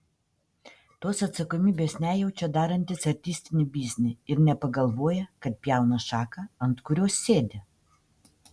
tos atsakomybės nejaučia darantys artistinį biznį ir nepagalvoja kad pjauna šaką ant kurios sėdi